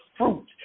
fruit